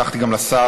הבטחתי גם לשר,